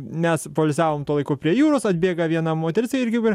mes poilsiavom tuo laiku prie jūros atbėga viena moteris irgi ve